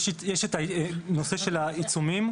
את הנושא של העיצומים.